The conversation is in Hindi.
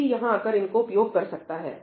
कोई भी यहां आकर इनको उपयोग कर सकता है